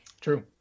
True